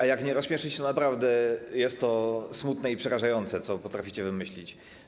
A jeśli nie rozśmieszyć, to naprawdę jest to smutne i przerażające, co potraficie wymyślić.